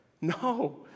No